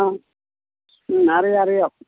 മ്മ് ആ അറിയാം അറിയാം